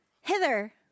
Hither